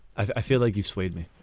i feel like you swayed me.